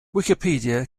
wikipedia